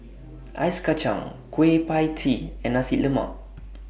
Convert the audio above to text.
Ice Kachang Kueh PIE Tee and Nasi Lemak